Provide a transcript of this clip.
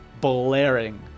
blaring